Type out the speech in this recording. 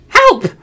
help